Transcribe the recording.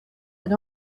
and